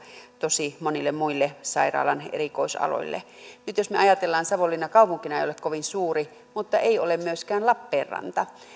tosi monille muille sairaalan erikoisaloille nyt jos me ajattelemme niin savonlinna kaupunkina ei ole kovin suuri mutta ei ole myöskään lappeenranta